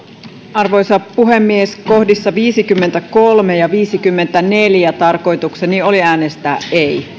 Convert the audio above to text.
arvoisa puhemies kohdissa viisikymmentäkolme ja viisikymmentäneljä tarkoitukseni oli äänestää ei